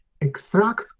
extract